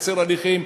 לקצר הליכים.